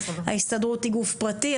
ההסתדרות היא גוף פרטי.